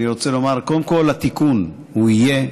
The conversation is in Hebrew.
אני רוצה לומר: קודם כול, התיקון, הוא יהיה.